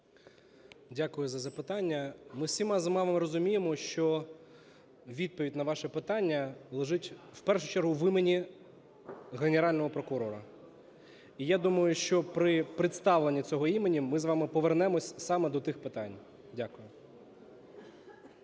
Дякую за запитання. Ми всі з вами розуміємо, що відповідь на ваші питання лежить в першу чергу в імені Генерального прокурора. І я думаю, що при представленні цього імені ми з вами повернемося саме до тих питань. Дякую.